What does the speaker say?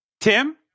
tim